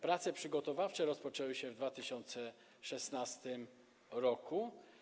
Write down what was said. Prace przygotowawcze rozpoczęły się w 2016 r.